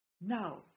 Now